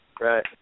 Right